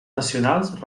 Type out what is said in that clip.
nacionals